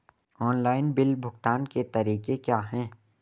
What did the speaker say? Online bill भुगतान के तरीके क्या हैं?